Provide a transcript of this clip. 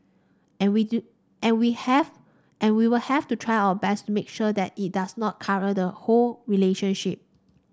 and we do and we have and we will have to try our best to make sure that it does not colour the whole relationship